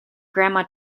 grandma